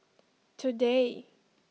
today